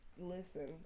Listen